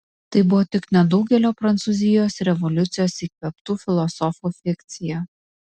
tai buvo tik nedaugelio prancūzijos revoliucijos įkvėptų filosofų fikcija